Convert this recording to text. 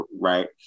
right